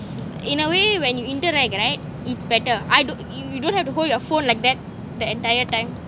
in a way when you interact right it's better I don't you you don't have to hold your phone like that the entire time